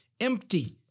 empty